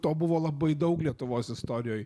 to buvo labai daug lietuvos istorijoj